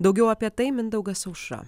daugiau apie tai mindaugas aušra